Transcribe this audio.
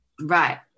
right